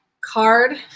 card